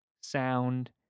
sound